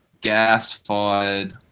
Gas-fired